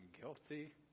guilty